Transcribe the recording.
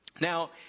now